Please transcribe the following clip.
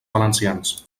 valencians